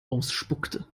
ausspuckte